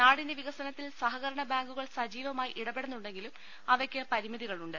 നാടിന്റെ വികസനത്തിൽ സഹകരണ ബാങ്കു കൾ സജീവമായി ഇടപെടുന്നുണ്ടെന്നെങ്കിലും അവയ്ക്ക് പരിമിതി കൾ ഉണ്ട്